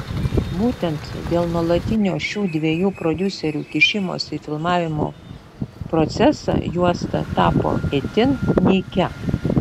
būtent dėl nuolatinio šių dviejų prodiuserių kišimosi į filmavimo procesą juosta tapo itin nykia